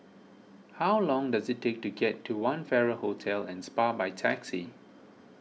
how long does it take to get to one Farrer Hotel and Spa by taxi